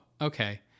okay